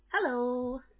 Hello